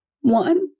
one